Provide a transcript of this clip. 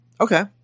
Okay